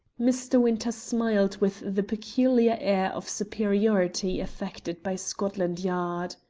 mr. winter smiled with the peculiar air of superiority affected by scotland yard.